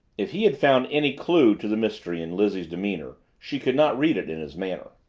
if he had found any clue to the mystery in lizzie's demeanor, she could not read it in his manner.